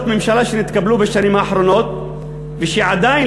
ממשלה שנתקבלו בשנים האחרונות ושעדיין,